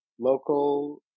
local